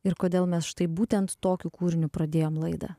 ir kodėl mes štai būtent tokiu kūriniu pradėjom laidą